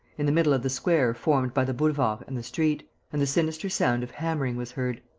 in the middle of the square formed by the boulevard and the street and the sinister sound of hammering was heard.